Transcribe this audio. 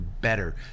better